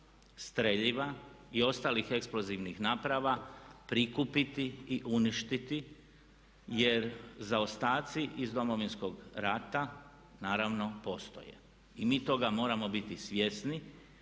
streljiva i ostalih eksplozivnih naprava prikupiti i uništiti jer zaostaci iz Domovinskog rata naravno postoje. I mi toga moramo biti svjesni.